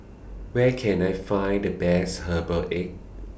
Where Can I Find The Best Herbal Egg